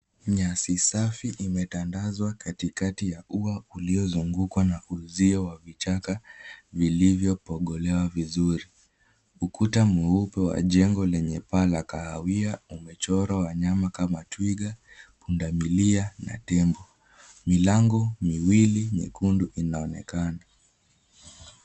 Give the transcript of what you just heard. Nyasi safi imetandazwa katikati ya ua uliozungukwa na uzio wa vichaka vilivyopogolewa vizuri. Ukuta mweupe wa jengo lenye paa la kahawia umechorwa wanyama kama twiga, punda milia na tembo. Milango miwili nyekundu inaonekana.